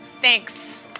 Thanks